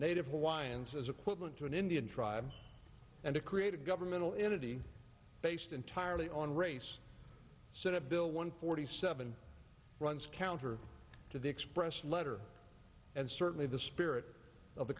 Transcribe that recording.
native hawaiians as equivalent to an indian tribe and to create a governmental entity based entirely on race set up bill one forty seven runs counter to the express letter and certainly the spirit of the